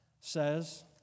says